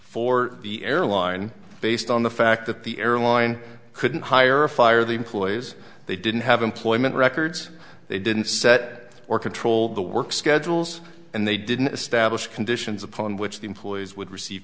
for the airline based on the fact that the airline couldn't hire or fire the employees they didn't have employment records they didn't set or control the work schedules and they didn't establish conditions upon which the employees would receive